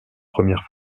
premières